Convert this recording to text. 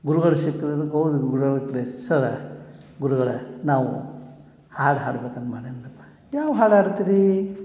ಗುರುಗಳು ಸಿಕ್ರೆ ಸರ ಗುರುಗಳೆ ನಾವು ಹಾಡು ಹಾಡ್ಬೇಕಂತ ಮಾಡಿನ್ರ್ಯಪ್ಪಾ ಯಾವ ಹಾಡಾಡ್ತೀರಿ